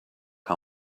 how